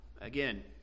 Again